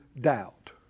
doubt